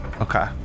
Okay